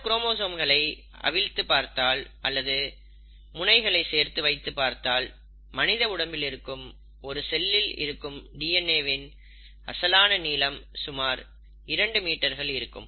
இந்த குரோமோசோம்களை அவிழ்த்து பார்த்தால் அல்லது முனைகளை சேர்த்து வைத்துப் பார்த்தால் மனித உடம்பில் இருக்கும் ஒரு செல்லில் இருக்கும் டிஎன்ஏ வின் அசலான நீளம் சுமார் இரண்டு மீட்டர்கள் இருக்கும்